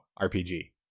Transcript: RPG